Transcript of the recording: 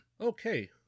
okay